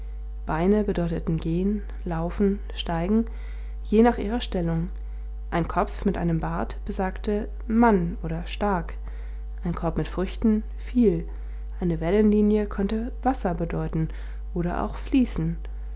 beine bedeuteten gehen laufen steigen je nach ihrer stellung ein kopf mit einem bart besagte mann oder stark ein korb mit früchten viel eine wellenlinie konnte wasser bedeuten oder auch fließen